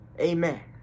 Amen